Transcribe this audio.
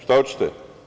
Šta hoćete?